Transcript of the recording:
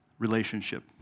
Relationship